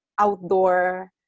outdoor